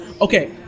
Okay